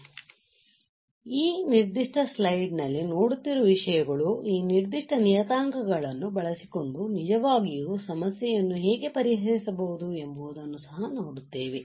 ಆದ್ದರಿಂದ ಈ ನಿರ್ದಿಷ್ಟ ಸ್ಲೈಡ್ ನಲ್ಲಿ ನೋಡುತ್ತಿರುವ ವಿಷಯಗಳು ಈ ನಿರ್ದಿಷ್ಟ ನಿಯತಾಂಕಗಳನ್ನು ಬಳಸಿಕೊಂಡು ನಿಜವಾಗಿಯೂ ಸಮಸ್ಯೆಗಳನ್ನು ಹೇಗೆ ಪರಿಹರಿಸಬಹುದು ಎಂಬುದನ್ನು ಸಹ ನಾವು ನೋಡುತ್ತೇವೆ